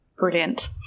Brilliant